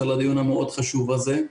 על הדיון המאוד חשוב הזה.